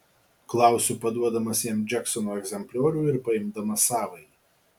klausiu paduodamas jam džeksono egzempliorių ir paimdamas savąjį